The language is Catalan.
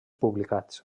publicats